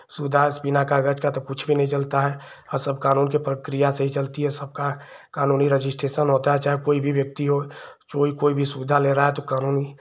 सो बिना कागज का तो कुछ भी नहीं चलता है और सब कानून की प्रक्रिया से ही चलती है सबका कानूनी रजिस्ट्रेशन होता है चाहे कोई भी व्यक्ति हो चाहे कोई भी सुविधा ले रहा है तो कानूनी